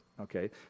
okay